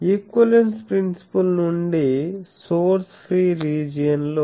equivalence principle నుండి source free region లో